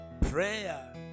Prayer